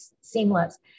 seamless